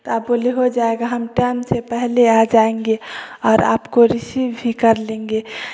आप बोले हो जायेगा टाइम से पहले आ जायेंगे और आपको रिसिव भी कर लेंगे